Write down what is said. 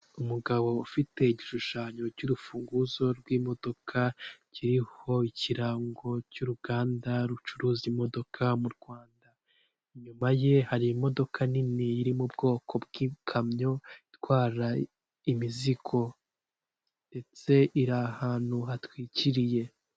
Umugabo ufite igishushanyo cy'urufunguzo rw'imodoka kiriho ikirango cy'uruganda rucuruza imodoka mu Rwanda, inyuma ye hari imodoka nini iri mu bwoko bw'ikamyo itwara imizigo ndetse iri ahantu hatwikiriye.